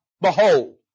behold